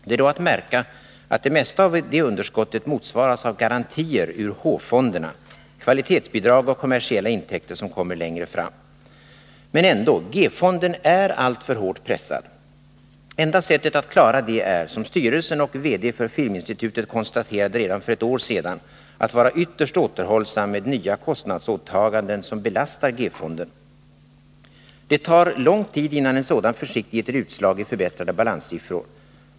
Det är då att märka att det mesta av det underskottet motsvaras av garantier ur H-fonderna, kvalitetsbidrag och kommersiella intäkter som kommer längre fram. Men ändå: G-fonden är alltför hårt pressad. Enda sättet att klara det är, som styrelsen och VD för Filminstitutet konstaterade redan för ett år sedan, att vara ytterst återhållsam med nya kostnadsåtaganden som belastar G-fonden. Det tar lång tid innan en sådan försiktighet ger utslag i förbättrade balanssiffror.